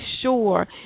sure